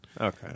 Okay